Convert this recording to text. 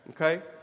Okay